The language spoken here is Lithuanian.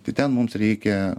tai ten mums reikia